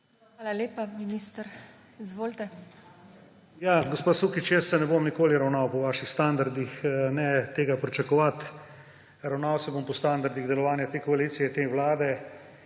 Hvala lepa. Minister, izvolite. **MAG. ANDREJ VIZJAK:** Ja, gospa Sukič, jaz se ne bom nikoli ravnal po vaših standardih, ne tega pričakovati. Ravnal se bom po standardih delovanja te koalicije, te vlade